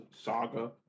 saga